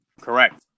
Correct